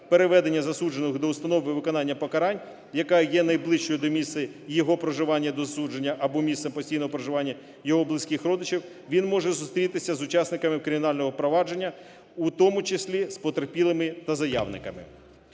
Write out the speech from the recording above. переведення засуджених до установ виконання покарань, яка є найближчою до місця його проживання до засудження або місцем постійного проживання його близьких родичів, він може зустрітися з учасниками кримінального провадження, у тому числі з потерпілими та заявниками.